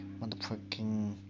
motherfucking